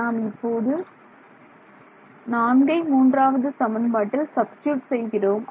நாம் இப்போது நான்கை மூன்றாவது சமன்பாட்டில் சப்ஸ்டிட்யூட் செய்கிறோம்